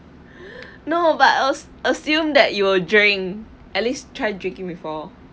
no but I as~ assume that you will drink at least try drinking before